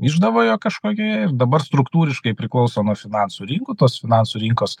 išdavoje kažkokioje ir dabar struktūriškai priklauso nuo finansų rinkų tos finansų rinkos